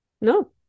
No